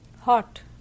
hot